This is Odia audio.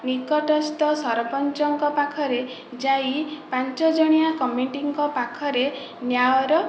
ନିକଟସ୍ଥ ସରପଞ୍ଚଙ୍କ ପାଖରେ ଯାଇ ପାଞ୍ଚ ଜଣିଆ କମିଟିଙ୍କ ପାଖରେ ନ୍ୟାୟର